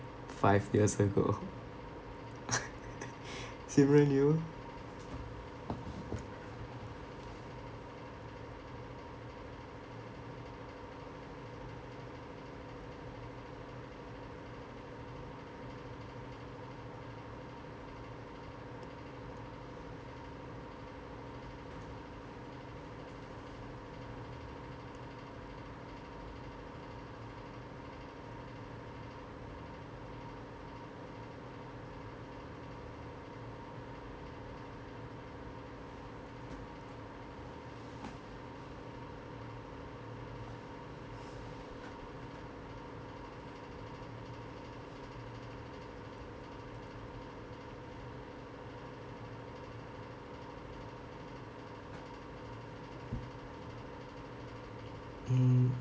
five years ago simeon you mm